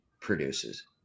produces